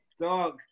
dog